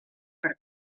per